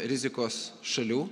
rizikos šalių